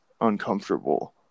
uncomfortable